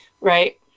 Right